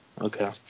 okay